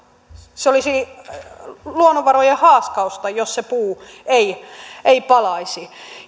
se olisi luonnonvarojen haaskausta jos se puu ei ei palaisi